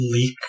leak